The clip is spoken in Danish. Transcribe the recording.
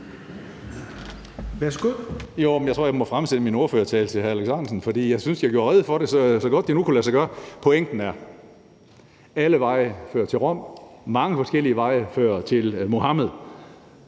jeg må fremsende min ordførertale til hr. Alex Ahrendtsen, for jeg synes, jeg gjorde rede for det, så godt det nu kunne lade sig gøre. Pointen er: Alle veje fører til Rom; mange forskellige veje fører til Muhammed.